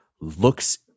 looks